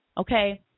Okay